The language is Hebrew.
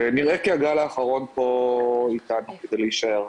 נראה כי הגל האחרון פה איתנו כדי להישאר,